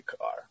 car